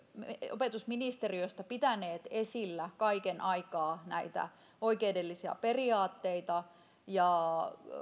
opetusministeriöstä pitäneet esillä kaiken aikaa näitä oikeudellisia periaatteita ja